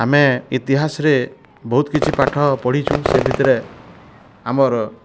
ଆମେ ଇତିହାସରେ ବହୁତ୍ କିଛି ପାଠ ପଢ଼ିଛୁ ସେ ଭିତ୍ରେ ଆମର୍